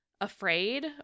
afraid